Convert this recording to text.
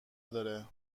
داره